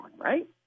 right